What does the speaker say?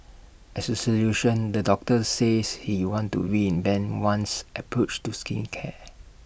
as A solution the doctor says he wants to reinvent one's approach to skincare